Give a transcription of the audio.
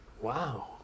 wow